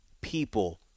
people